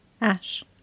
Ash